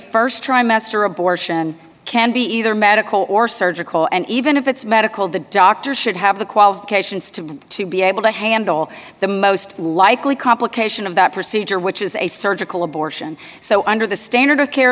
a st trimester abortion can be either medical or surgical and even if it's medical the doctor should have the qualifications to be to be able to handle the most likely complication of that procedure which is a surgical abortion so under the standard of care